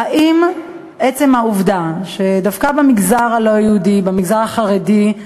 על עצם העובדה שדווקא במגזר הלא-יהודי ובמגזר החרדי,